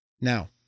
Now